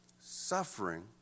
Suffering